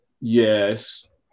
Yes